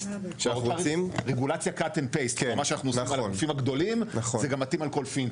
כלומר מה שאנחנו עושים על הגופים הגדולים זה מתאים לכל פינטק,